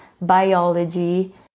biology